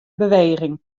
beweging